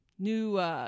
New